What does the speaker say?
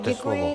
Děkuji.